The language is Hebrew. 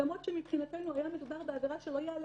למרות שמבחינתנו היה מדובר בעבירה שלא יעלה